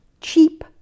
cheap